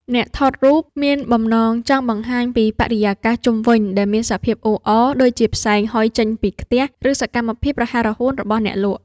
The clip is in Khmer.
អ្នកថតរូបមានបំណងចង់បង្ហាញពីបរិយាកាសជុំវិញដែលមានសភាពអ៊ូអរ ដូចជាផ្សែងហុយចេញពីខ្ទះ ឬសកម្មភាពរហ័សរហួនរបស់អ្នកលក់។